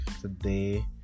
today